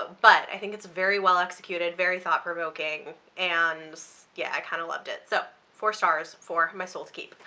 but i think it's very well executed, very thought-provoking, and yeah i kind of loved it. so four stars for my soul to keep.